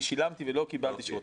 אני שילמתי ולא קיבלתי שעות.